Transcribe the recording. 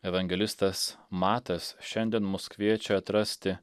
evangelistas matas šiandien mus kviečia atrasti